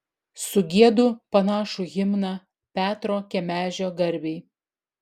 sugiedu panašų himną petro kemežio garbei